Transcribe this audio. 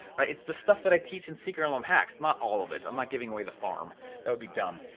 it's the stuff that i teach in secret mlm hacks. not all of it, i'm not giving away the farm. that would be dumb,